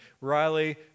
Riley